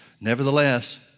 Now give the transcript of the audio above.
Nevertheless